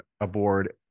aboard